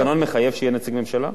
התקנון מחייב שיהיה נציג הממשלה?